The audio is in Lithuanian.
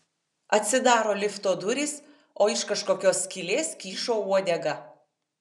atsidaro lifto durys o iš kažkokios skylės kyšo uodega